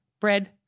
bread